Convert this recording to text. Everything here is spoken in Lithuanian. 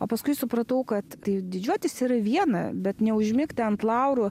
o paskui supratau kad tai didžiuotis yra viena bet neužmigti ant laurų